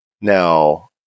Now